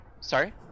Sorry